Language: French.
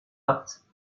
hâte